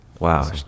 Wow